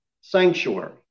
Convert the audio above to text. sanctuary